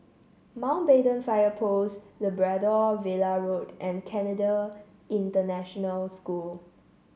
Mountbatten Fire Post Labrador Villa Road and Canadian International School